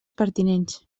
pertinents